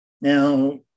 Now